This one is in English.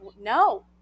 no